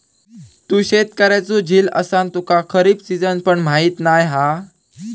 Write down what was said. तू शेतकऱ्याचो झील असान तुका खरीप सिजन पण माहीत नाय हा